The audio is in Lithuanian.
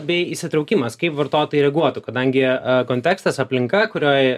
bei įsitraukimas kaip vartotojai reaguotų kadangi kontekstas aplinka kurioj